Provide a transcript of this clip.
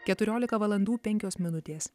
keturiolika valandų penkios minutės